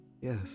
Yes